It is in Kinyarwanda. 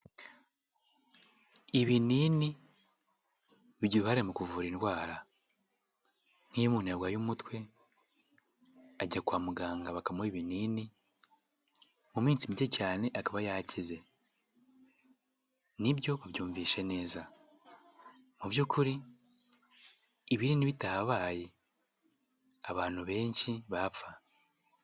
Ibinini bigira uruhare mu kuvura indwara; nk'iyo umuntu yarwaye umutwe; ajya kwa muganga bakamuha ibinini mu minsi mike cyane akaba yakize; nibyo ubyumvishe neza mu by'ukuri ibinini bitahabaye abantu benshi bapfa.